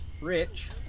Rich